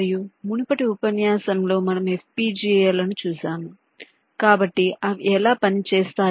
మరియు మునుపటి ఉపన్యాసంలో మనము FPGA లను చూశాము కాబట్టి అవి ఎలా పని చేస్తాయి